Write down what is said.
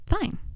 Fine